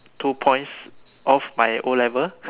two points off my o-level